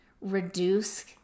reduce